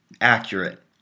accurate